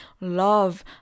love